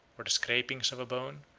or the scrapings of a bone,